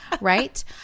right